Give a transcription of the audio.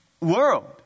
world